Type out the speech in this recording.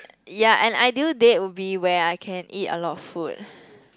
ya an ideal date would be where I can eat a lot of food